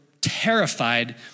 terrified